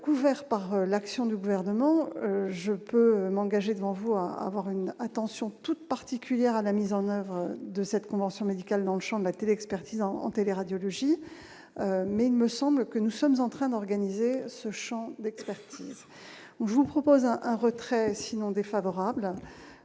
couvert par l'action du gouvernement, je peux m'engager devant vous, avoir une attention toute particulière à la mise en oeuvre de cette convention médicale dans le Champ de la télé-expertise en en télé radiologie mais il me semble que nous sommes en train d'organiser ce Champ d'expertise vous propose un retrait sinon défavorable